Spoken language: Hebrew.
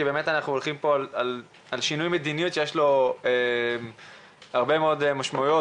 כי אנחנו הולכים על שינוי מדיניות שיש לזה הרבה משמעויות,